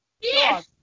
Yes